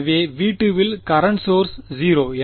எனவே V2 இல் current source 0